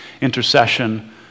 intercession